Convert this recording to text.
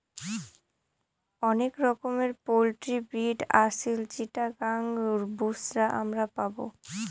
অনেক রকমের poultry breed Aseel, Chittagong, Busra আমরা পাবো